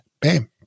bam